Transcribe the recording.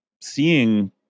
seeing